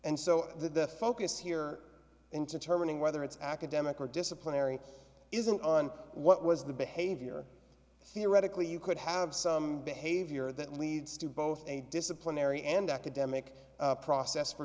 and so the focus here into turning whether it's academic or disciplinary isn't on what was the behavior theoretically you could have some behavior that leads to both a disciplinary and academic process for